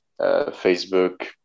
Facebook